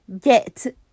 get